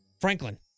Franklin